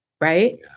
right